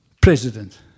president